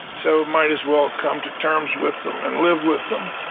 so might as well come to terms with them and live with them.